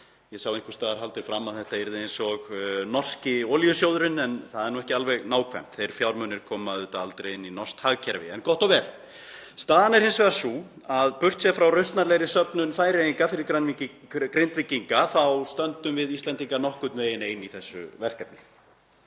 Ég sá einhvers staðar því haldið fram að þetta yrði eins og norski olíusjóðurinn, en það er nú ekki alveg nákvæmt, þeir fjármunir koma auðvitað aldrei inn í norskt hagkerfi. En gott og vel. Staðan er hins vegar sú að burt séð frá rausnarlegri söfnun Færeyinga fyrir Grindvíkinga þá stöndum við Íslendingar nokkurn veginn ein í þessu verkefni,